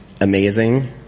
amazing